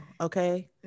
okay